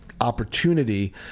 opportunity